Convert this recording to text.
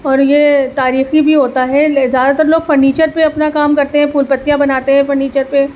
اور یہ تاریخی بھی ہوتا ہے زیادہ تر لوگ فرنیچر پہ اپنا کام کرتے ہیں پھول پتیاں بناتے ہیں فرنیچر پہ